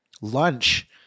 lunch